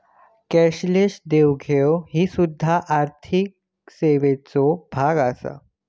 cashless देवघेव ही सुध्दा आर्थिक सेवेचो भाग आसा